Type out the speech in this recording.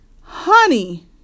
Honey